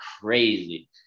crazy